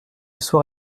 soir